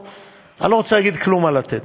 אני לא רוצה להגיד כלום על "לתת".